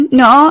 no